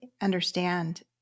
understand